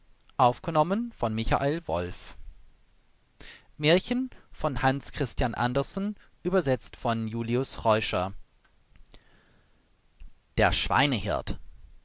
sagte der schweinehirt